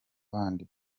bandi